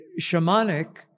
shamanic